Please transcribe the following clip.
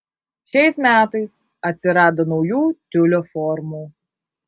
šiais metais atsirado naujų tiulio formų